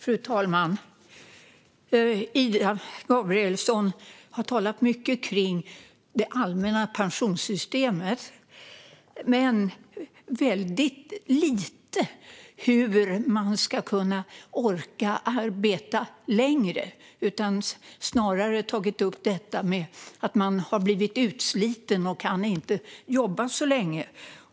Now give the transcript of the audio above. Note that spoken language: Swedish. Fru talman! Ida Gabrielsson har talat mycket kring det allmänna pensionssystemet men väldigt lite om hur man ska orka arbeta längre. Hon har snarare tagit upp detta med att man har blivit utsliten och inte kan jobba så länge.